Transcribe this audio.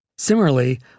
Similarly